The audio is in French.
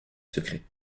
secret